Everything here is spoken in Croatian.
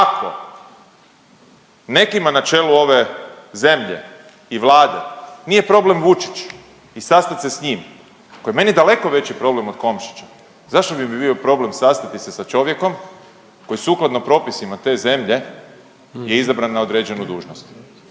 ako nekima na čelu ove zemlje i Vlade nije problem Vučić i sastat se s njim, koji je meni daleko veći problem od Komšića, zašto bi mi bio problem sastati se sa čovjekom koji sukladno propisima te zemlje je izabran na određenu dužnost.